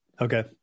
Okay